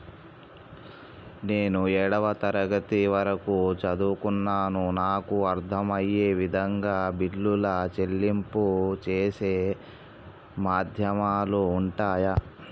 నేను ఏడవ తరగతి వరకు చదువుకున్నాను నాకు అర్దం అయ్యే విధంగా బిల్లుల చెల్లింపు చేసే మాధ్యమాలు ఉంటయా?